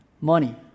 Money